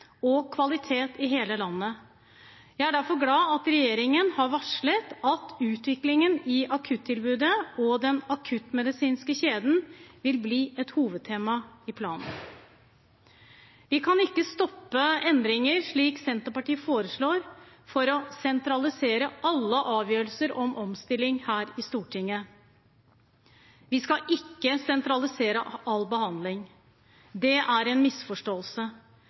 og kvalitet i hele landet. Jeg er derfor glad for at regjeringen har varslet at utviklingen i akuttilbudet og den akuttmedisinske kjeden vil bli et hovedtema i planen. Vi i Stortinget kan ikke stoppe endringer, slik Senterpartiet foreslår, for å sentralisere alle avgjørelser om omstilling. Vi skal ikke sentralisere all behandling. Det er en misforståelse.